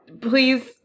please